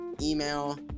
email